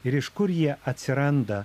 ir iš kur jie atsiranda